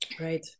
Right